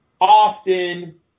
often